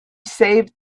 saved